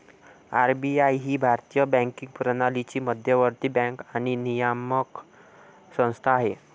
RBI ही भारतीय banking प्रणालीची मध्यवर्ती बँक आणि नियामक संस्था आहे